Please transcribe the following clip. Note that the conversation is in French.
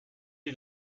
est